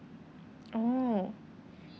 oh